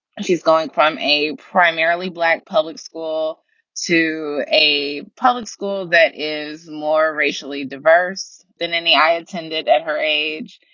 and she's going from a primarily black public school to a public school that is more racially diverse than any i attended at her age.